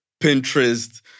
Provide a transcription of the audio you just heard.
Pinterest